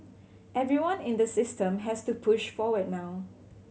everyone in the system has to push forward now